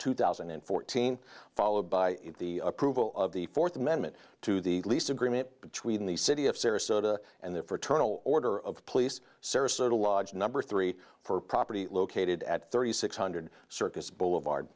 two thousand and fourteen followed by the approval of the fourth amendment to the lease agreement between the city of sarasota and the fraternal order of police sarasota lodge number three for property located at thirty six hundred circus boulevard